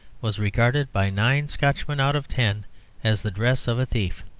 was regarded by nine scotchmen out of ten as the dress of a thief.